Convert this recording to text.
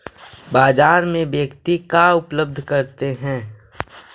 बाजार में व्यक्ति का उपलब्ध करते हैं?